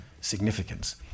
significance